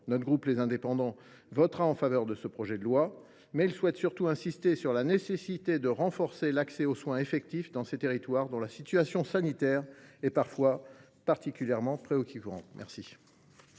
Notre groupe Les Indépendants votera en faveur de ce projet de loi. Il insiste surtout sur la nécessité de renforcer l’accès effectif aux soins dans ces territoires, dont la situation sanitaire est parfois particulièrement préoccupante. La